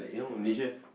ya